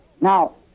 Now